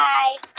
Bye